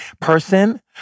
person